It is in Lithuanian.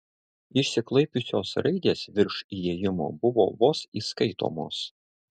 išsiklaipiusios raidės virš įėjimo buvo vos įskaitomos